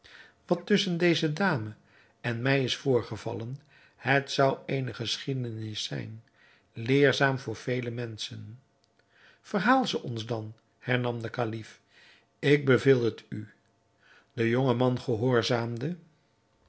wat tusschen deze dame en mij is voorgevallen het zou eene geschiedenis zijn leerzaam voor vele menschen verhaal ze ons dan hernam de kalif ik beveel het u de jonge man gehoorzaamde